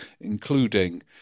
including